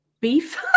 beef